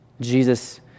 Jesus